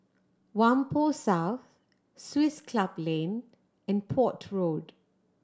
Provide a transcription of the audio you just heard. Whampoa South Swiss Club Lane and Port Road